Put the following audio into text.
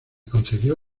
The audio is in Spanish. concedió